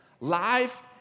Life